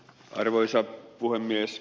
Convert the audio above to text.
arvoisa puhemies